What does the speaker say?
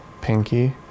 Pinky